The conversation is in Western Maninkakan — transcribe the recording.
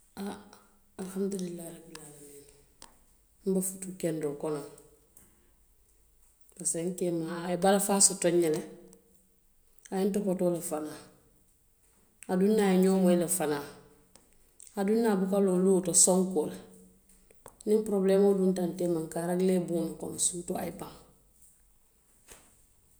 Han, alihanmulaahi rabili aala miini n be futuu kendoo kono le pasiko n keemaa a ye balafaa soto n ñe le a ye n topoto le fanaŋ, aduŋ n niŋ ñoŋ moyi le fanaŋ, aduŋ n niŋ a buka loo luo to sonkoo la, niŋ porobuleemoo dunta n teema, a ka rekilee buŋo le kono suutoo a ye baŋ.